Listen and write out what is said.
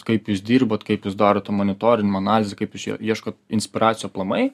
kaip jūs dirbat kaip jūs darote monitorinimą analizę kaip jūs čia ieškot inspiracijų aplamai